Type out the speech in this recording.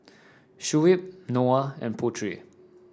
Shuib Noah and Putri